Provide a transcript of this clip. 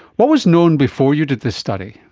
what was known before you did this study?